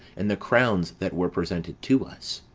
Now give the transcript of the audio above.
and the crowns that were presented to us.